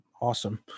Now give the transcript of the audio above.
Awesome